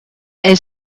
est